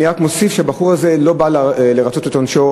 אני רק מוסיף שהבחור הזה לא בא לרצות את עונשו.